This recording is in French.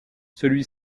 celui